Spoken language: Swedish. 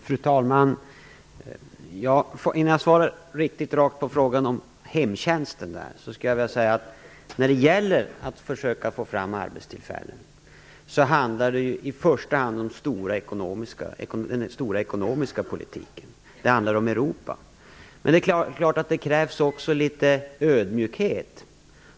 Fru talman! Innan jag lämnar ett rakt svar på frågan om hemtjänsten vill jag säga följande. När det gäller att försöka få fram arbetstillfällen handlar det i första hand om den stora ekonomiska politiken. Det handlar om Europa. Det är klart att det också krävs litet ödmjukhet.